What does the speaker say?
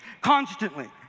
constantly